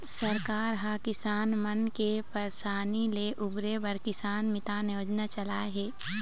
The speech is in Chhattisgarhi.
सरकार ह किसान मन के परसानी ले उबारे बर किसान मितान योजना लाए हे